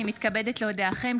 הינני מתכבדת להודיעכם,